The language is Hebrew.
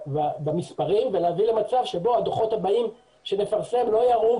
במספרים ולהביא למצב בו הדוחות הבאים שנפרסם לא יראו,